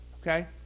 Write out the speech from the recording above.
Okay